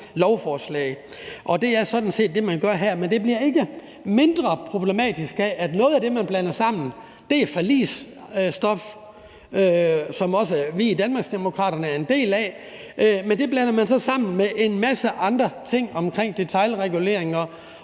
lovforslag. Og det er sådan set også det, man gør her, men det bliver ikke mindre problematisk af, at noget af det, man blander sammen, er forligsstof, som vi i Danmarksdemokraterne også er en del af, og som man altså blander sammen med en masse andre ting som en detailregulering